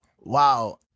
wow